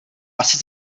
asi